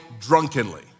drunkenly